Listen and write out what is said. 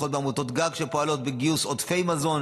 תמיכה בעמותות גג הפועלות בגיוס עודפי מזון